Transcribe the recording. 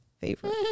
favorite